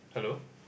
hello